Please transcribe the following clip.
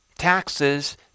taxes